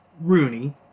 Rooney